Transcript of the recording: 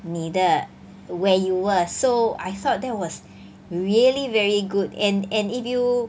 你的 where you were so I thought that was really very good and and if you